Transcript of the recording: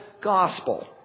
gospel